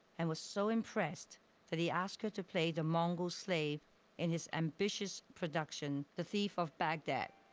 and was so impressed that he asked her to play the mongol slave in his ambitious production the thief of bagdad.